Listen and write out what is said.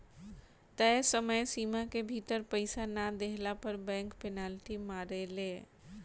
तय समय सीमा के भीतर पईसा ना देहला पअ बैंक पेनाल्टी मारेले